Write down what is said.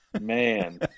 man